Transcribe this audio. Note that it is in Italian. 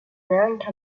neanche